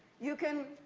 you can